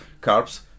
carbs